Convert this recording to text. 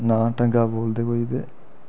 नां ढंगा दा बोलदे कोई ते